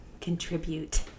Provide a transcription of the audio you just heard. contribute